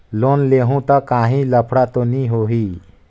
Loan लेहूं ता काहीं लफड़ा तो नी होहि?